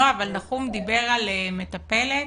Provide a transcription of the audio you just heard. נחום דיבר על מטפלת